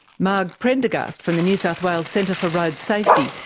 marg prendergast, from the new south wales centre for road safety,